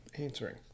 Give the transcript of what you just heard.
answering